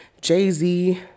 Jay-Z